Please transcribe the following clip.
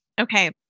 Okay